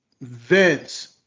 vince